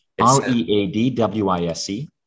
R-E-A-D-W-I-S-E